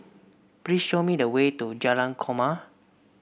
please show me the way to Jalan Korma